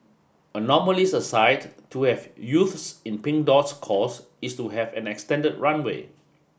anomalies aside to have youths in Pink Dot's cause is to have an extended runway